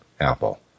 Apple